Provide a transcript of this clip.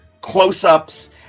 close-ups